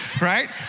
right